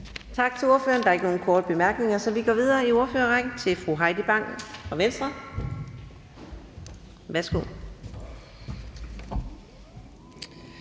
Tak til ordføreren. Der er ikke nogen korte bemærkninger, så vi går videre i ordførerrækken til fru Heidi Bank for Venstre. Værsgo.